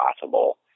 possible